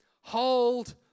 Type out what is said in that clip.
hold